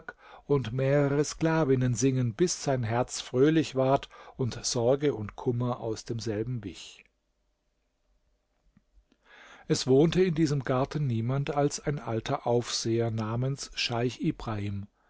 und mehrere sklavinnen singen bis sein herz fröhlich ward und sorge und kummer aus demselben wich es wohnte in diesem garten niemand als ein alter aufseher namens scheich ibrahim